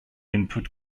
input